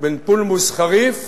בין פולמוס חריף